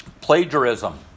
Plagiarism